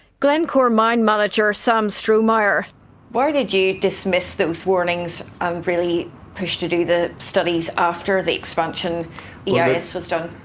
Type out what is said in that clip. glencore mine manager sam strohmayr why did you dismiss those warnings and really push to do the studies after the expansion yeah eis was done?